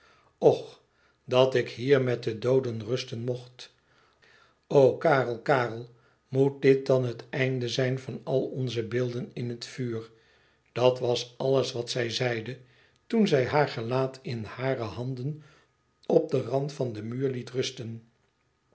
och dat ik hier met de dooden rusten mocht o karel karel moet dit dan het einde zijn van al onze beelden in het vuur dat was alles wat zij zeide toen zij haar gelaat in hare handen op den rand van den muur liet rusten